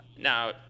Now